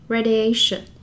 Radiation